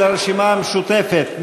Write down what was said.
של הרשימה המשותפת,